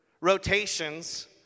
rotations